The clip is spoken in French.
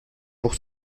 pour